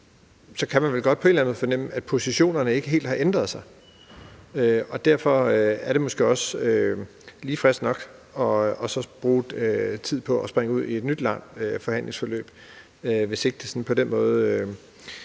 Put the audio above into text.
anden måde fornemme, at positionerne ikke helt har ændret sig, og derfor er det måske også lige frisk nok at bruge tid på at springe ud i et nyt langt forhandlingsforløb, når ikke det kunne